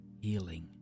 healing